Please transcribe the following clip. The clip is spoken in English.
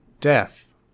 death